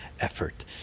effort